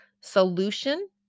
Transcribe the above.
Solution